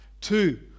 Two